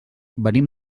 venim